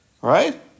right